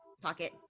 Pocket